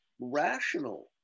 rational